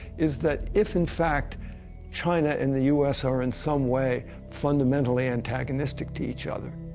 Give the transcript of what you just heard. is that if in fact china and the u s. are in some way fundamentally antagonistic to each other,